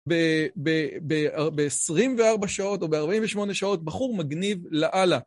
ב-24 שעות, או ב-48 שעות, בחור מגניב לאללה.